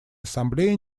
ассамблея